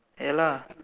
hair lah